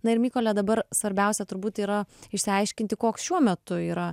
na ir mykole dabar svarbiausia turbūt yra išsiaiškinti koks šiuo metu yra